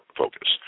focus